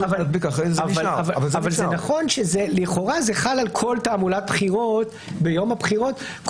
נכון שלכאורה זה חל על כל תעמולת בחירות ביום הבחירות,